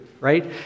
right